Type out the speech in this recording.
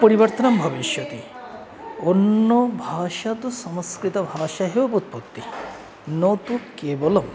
परिवर्तनं भविष्यति अन्यभाषा तु संस्कृतभाषायाः एव उत्पत्तिः न तु केवलम्